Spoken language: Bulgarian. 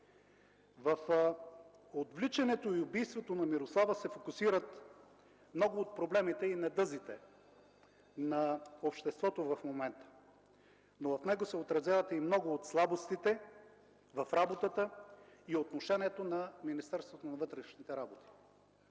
В отвличането и убийството на Мирослава се фокусират много от проблемите и недъзите на обществото в момента, но в него се отразяват и много от слабостите в работата и отношението на Министерството на вътрешните работи,